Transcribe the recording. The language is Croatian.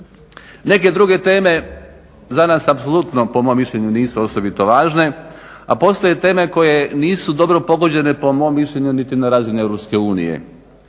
Neke druge teme za nas apsolutno po mom mišljenju nisu osobito važne, a postoje teme koje nisu dobro pogođene po mom mišljenju niti na razini EU.